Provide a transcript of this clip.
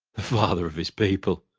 the father of his people!